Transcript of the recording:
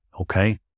Okay